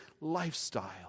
lifestyle